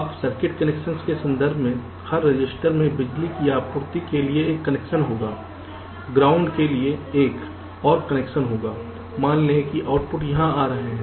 अब circuit connection के संदर्भ में हर रजिस्टर में बिजली की आपूर्ति के लिए एक कनेक्शन होगा ग्राउंड के लिए एक और कनेक्शन होगा मान लें कि आउटपुट यहाँ आ रहे हैं